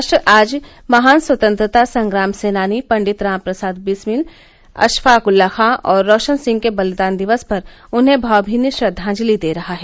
राष्ट्र आज महान स्वतंत्रता संग्राम सेनानी पंडित राम प्रसाद बिस्मिल अशफाक उल्ला खां और रोशन सिंह के बलिदान दिवस पर उन्हें भावभीनी श्रद्वांजलि दे रहा है